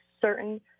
certain